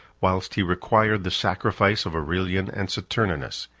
whilst he required the sacrifice of aurelian and saturninus,